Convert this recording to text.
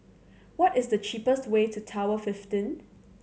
what is the cheapest way to Tower fifteen